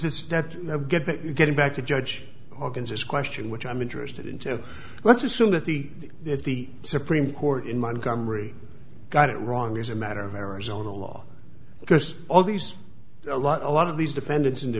you're getting back to judge organs this question which i'm interested in to let's assume that the that the supreme court in montgomery got it wrong as a matter of arizona law because all these a lot a lot of these defendants in